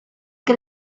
que